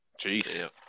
Jeez